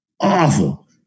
Awful